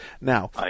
Now